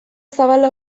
zabala